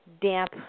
damp